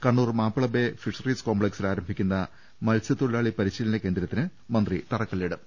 Kannur Mappila Bay fisheries കോംപ്ലക്സിൽ ആരംഭിക്കുന്ന മത്സൃതൊഴിലാളി പരിശീലന കേന്ദ്രത്തിന് അവർ തറക്കല്ലിടും